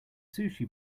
sushi